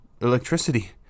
electricity